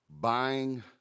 buying